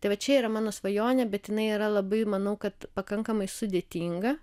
tai vat čia yra mano svajonė bet jinai yra labai manau kad pakankamai sudėtinga